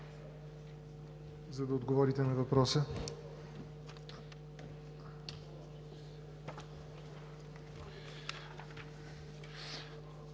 за да отговорите на въпроса.